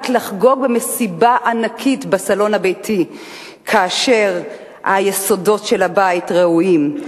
לחגוג במסיבה ענקית בסלון הביתי כאשר היסודות של הבית רעועים,